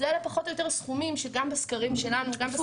אלה פחות או יותר הסכומים שנמצאו בסקרים שלנו וגם בסקרים של בנק ישראל.